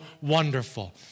wonderful